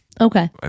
Okay